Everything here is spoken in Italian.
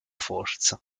forza